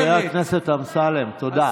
חבר הכנסת אמסלם, תודה.